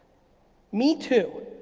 me too,